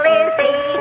Lizzie